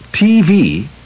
TV